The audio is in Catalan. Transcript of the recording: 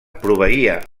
proveïa